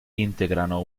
integrano